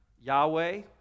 Yahweh